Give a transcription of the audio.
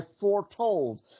foretold